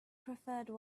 preferred